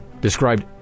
described